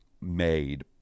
made